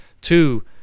Two